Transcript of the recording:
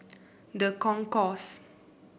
The Concourse